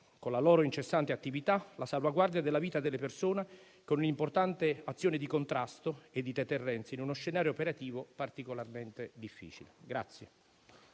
con la loro incessante attività, la salvaguardia della vita delle persone con un'importante azione di contrasto e di deterrenza in uno scenario operativo particolarmente difficile.